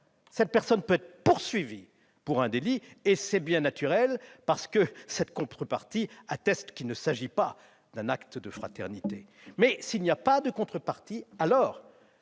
cette personne peut être poursuivie pour un délit. C'est bien naturel, parce que cette contrepartie atteste qu'il ne s'agit pas d'un acte de fraternité. Mais, s'il n'y a pas de contrepartie, les